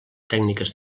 tècniques